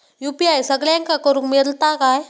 UPI सगळ्यांना करुक मेलता काय?